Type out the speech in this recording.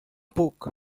puc